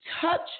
Touch